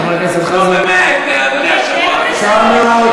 אדוני היושב-ראש, תסיים,